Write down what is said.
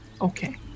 Okay